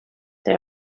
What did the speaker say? they